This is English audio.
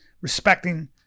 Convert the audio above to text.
respecting